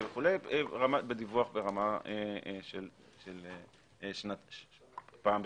דיווח פעם בשנה.